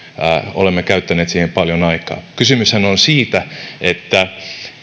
olemme käyttäneet siihen paljon aikaa kysymyshän on siitä että